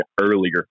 earlier